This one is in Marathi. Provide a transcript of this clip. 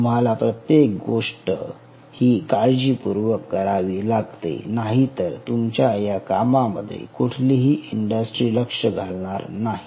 तुम्हाला प्रत्येक गोष्टही काळजीपूर्वक करावी लागते नाहीतर तुमच्या या कामामध्ये कुठलीही इंडस्ट्री लक्ष घालणार नाही